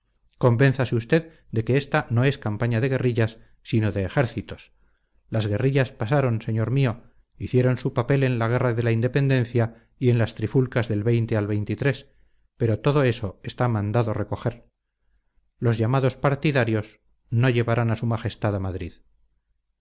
no convénzase usted de que ésta no es campaña de guerrillas sino de ejércitos las guerrillas pasaron señor mío hicieron su papel en la guerra de la independencia y en las trifulcas del al pero todo eso está mandado recoger los llamados partidarios no llevarán a su majestad a madrid